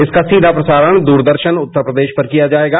इसका सीधा प्रसारण दूरदर्शन उत्तर प्रदेश पर किया जायेगा